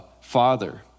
Father